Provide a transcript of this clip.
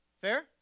Fair